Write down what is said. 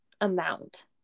amount